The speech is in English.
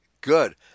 good